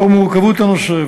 לאור מורכבות הנושא,